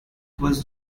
was